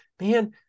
man